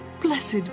Blessed